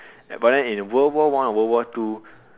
but then in world war one or world war two